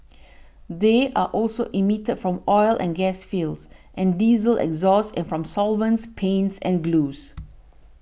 they are also emitted from oil and gas fields and diesel exhaust and from solvents paints and glues